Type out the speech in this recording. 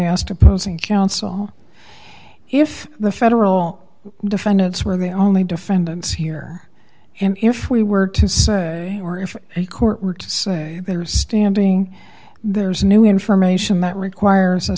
asked opposing counsel if the federal defendants were the only defendants here and if we were to say or if a court were to say they are standing there is new information that requires a